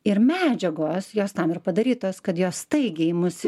ir medžiagos jos tam ir padarytos kad jos staigiai mus